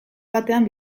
batean